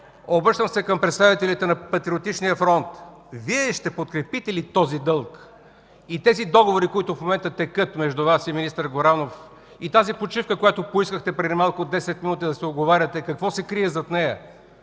Обръщам се към представителите на Патриотичния фронт. Вие ще подкрепите ли този дълг и тези договори, които в момента текат между Вас и министър Горанов? И тази почивка, която поискахте преди малко от 10 минути, за да се уговаряте – какво се крие зад нея?!